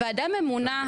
ועדה ממונה,